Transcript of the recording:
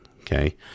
okay